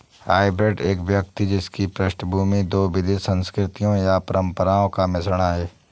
hybrid एक व्यक्ति जिसकी पृष्ठभूमि दो विविध संस्कृतियों या परंपराओं का मिश्रण है